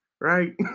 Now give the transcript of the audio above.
right